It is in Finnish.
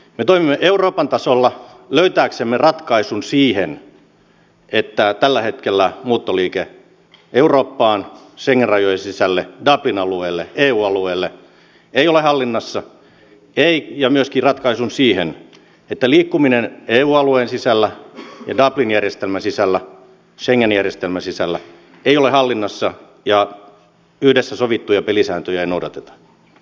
me toimimme euroopan tasolla löytääksemme ratkaisun siihen että tällä hetkellä muuttoliike eurooppaan schengen rajojen sisälle dublin alueelle eu alueelle ei ole hallinnassa ja myöskin ratkaisun siihen että liikkuminen eu alueen sisällä dublin järjestelmän sisällä ja schengen järjestelmän sisällä ei ole hallinnassa ja yhdessä sovittuja pelisääntöjä ei noudateta